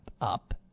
up